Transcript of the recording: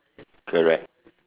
correct